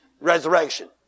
resurrection